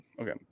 Okay